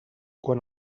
quan